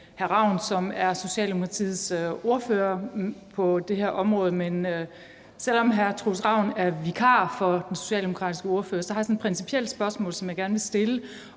Ravn, som er Socialdemokratiets ordfører på det her område, men selv om hr. Troels Ravn er vikar for den socialdemokratiske ordfører, har jeg sådan et principielt spørgsmål, som jeg gerne vil stille,